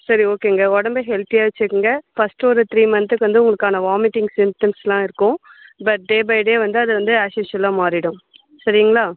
சரி ஓகேங்க உடம்பை ஹெல்த்தியாக வச்சிக்கொங்க ஃபஸ்ட்டு ஒரு த்ரீ மந்த்துக்கு வந்து உங்களுக்கான வாமிட்டிங் சிம்டம்ஸ்லாம் இருக்கும் பட் டே பை டே வந்து அதை வந்து ஆஸ்யூஷ்வலாக மாறிடும் சரிங்களா